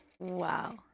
Wow